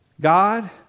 God